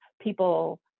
people